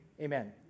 Amen